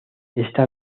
esta